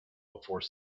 before